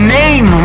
name